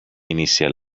initial